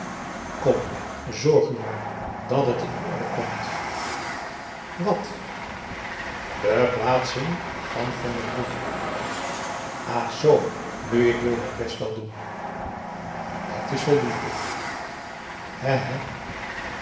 zorg u maar dat het in orde komt wat de plaatsing van van den broek ah zoo nu ik wil mijn best wel doen dat is voldoende hé